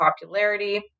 popularity